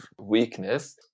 weakness